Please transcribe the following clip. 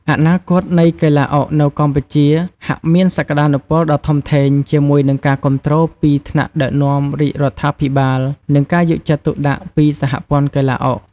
អនាគតនៃកីឡាអុកនៅកម្ពុជាហាក់មានសក្ដានុពលដ៏ធំធេង ជាមួយនឹងការគាំទ្រពីថ្នាក់ដឹកនាំរាជរដ្ឋាភិបាល និងការយកចិត្តទុកដាក់ពីសហព័ន្ធកីឡាអុក។